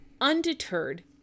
Undeterred